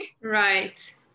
Right